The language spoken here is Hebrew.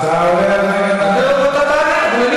אתה עולה לדוכן עוד מעט.